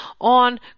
on